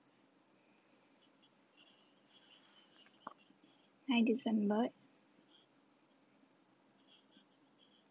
nine december